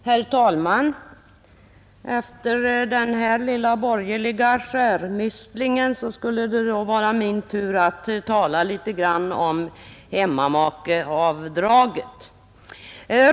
Herr talman! Efter den här lilla borgerliga skärmytslingen skulle det nu vara min tur att tala litet om hemmamakeavdraget.